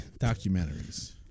documentaries